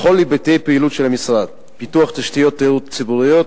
בכל היבטי הפעילות של המשרד: פיתוח תשתיות תיירות ציבוריות,